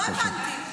לא הבנתי.